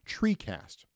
TreeCast